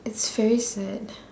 it's very sad